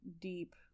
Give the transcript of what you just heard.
deep